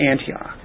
Antioch